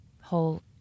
whole